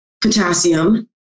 potassium